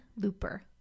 Looper